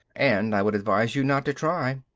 and i would advise you not to try.